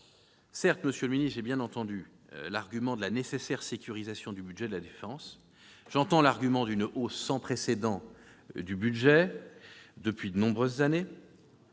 Certes, monsieur le ministre, j'entends bien l'argument de la nécessaire sincérisation du budget de la défense. J'entends aussi l'argument d'une hausse sans précédent du budget de la défense depuis de nombreuses années.